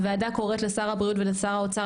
הוועדה קוראת לשר הבריאות ושר האוצר